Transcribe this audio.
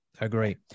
agree